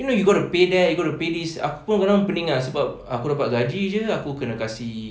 you know you got to pay that you got to pay this aku kadang-kadang pening ah sebab aku dapat gaji jer aku kena kasi